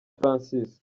francis